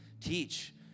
teach